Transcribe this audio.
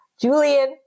Julian